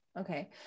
Okay